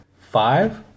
Five